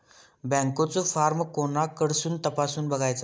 बँकेचो फार्म कोणाकडसून तपासूच बगायचा?